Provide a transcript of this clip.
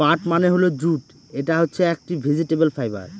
পাট মানে হল জুট এটা হচ্ছে একটি ভেজিটেবল ফাইবার